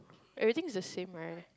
everything is the same right